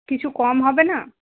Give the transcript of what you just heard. কিছু কম হবে না